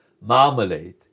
marmalade